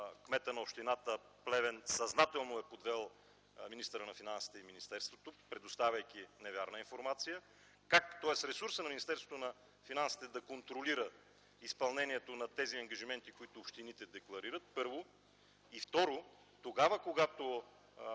кметът на община Плевен съзнателно е подвел министъра на финансите и министерството, предоставяйки невярна информация. Тоест ресурсът на Министерството на финансите да контролира изпълнението на тези ангажименти, които общините декларират, първо. И второ, когато